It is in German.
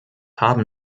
haben